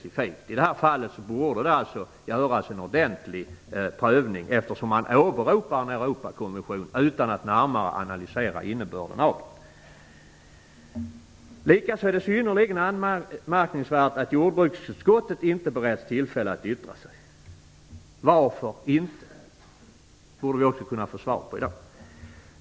I det här fallet borde alltså en ordentlig prövning göras, eftersom man åberopar Europakonventionen utan närmare analys av innebörden. Likaså är det synnerligen anmärkningsvärt att jordbruksutskottet inte beretts tillfälle att yttra sig. Varför? Det borde vi kunna få svar på i dag.